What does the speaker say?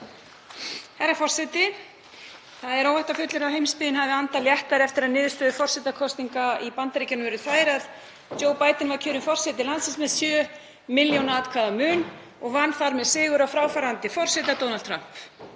Herra forseti. Það er óhætt að fullyrða að heimsbyggðin hafi andað léttar eftir að niðurstöður forsetakosninga í Bandaríkjunum urðu þær að Joe Biden var kjörinn forseti landsins með sjö milljóna atkvæða mun og vann þar með sigur á fráfarandi forseta, Donald Trump.